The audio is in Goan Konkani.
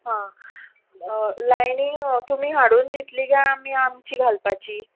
हां लायनींग तुमी हाडून दितली काय आमी आमची घालपाची